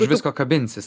už visko kabinsis